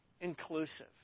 inclusive